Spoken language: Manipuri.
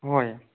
ꯍꯣꯏ